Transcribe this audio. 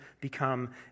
become